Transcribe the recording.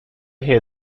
hear